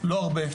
למזלנו לא הרבה.